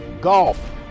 golf